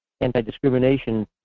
anti-discrimination